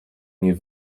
niej